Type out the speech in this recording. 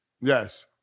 Yes